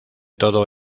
todo